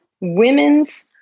women's